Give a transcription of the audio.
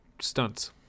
stunts